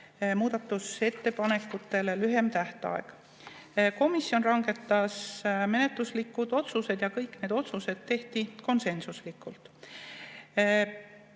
muudatusettepanekutele lühem tähtaeg. Komisjon langetas menetluslikud otsused ja kõik need otsused tehti konsensuslikult: